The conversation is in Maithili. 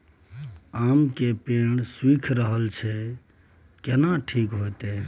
आम के पेड़ सुइख रहल एछ केना ठीक होतय?